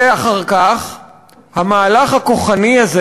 ואחר כך המהלך הכוחני הזה